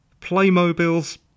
Playmobil's